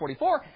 44